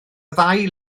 ddau